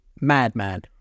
madman